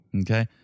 Okay